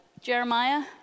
Jeremiah